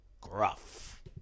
gruff